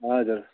हजुर